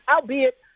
Albeit